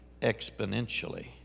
exponentially